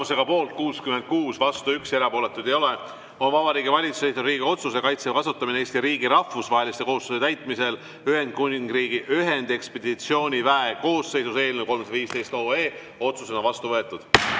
Tulemusega poolt 66, vastu 1, erapooletuid ei ole, on Vabariigi Valitsuse esitatud Riigikogu otsuse "Kaitseväe kasutamine Eesti riigi rahvusvaheliste kohustuste täitmisel Ühendkuningriigi ühendekspeditsiooniväe koosseisus" eelnõu 315 otsusena vastu võetud.